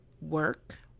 work